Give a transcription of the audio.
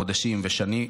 חודשים ושנים.